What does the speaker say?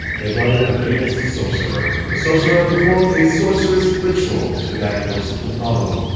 they brought in a famous sorcerer. the sorcerer performed a sorcerous ritual to diagnose the problem.